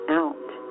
out